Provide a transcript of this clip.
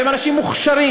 והם אנשים מוכשרים,